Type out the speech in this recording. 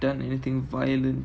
done anything violent